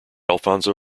alfonso